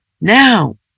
now